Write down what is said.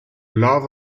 lava